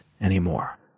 anymore